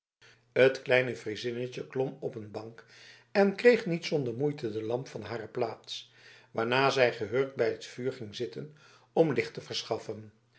het kleine friezinnetje klom op een bank en kreeg niet zonder moeite de lamp van hare plaats waarna zij gehurkt bij het vuur ging zitten om licht te verschaffen